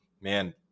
man